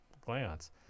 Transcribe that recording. glance